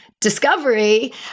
discovery